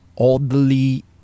oddly